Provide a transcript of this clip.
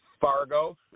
Fargo